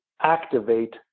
activate